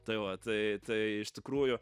tai va tai tai iš tikrųjų